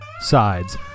sides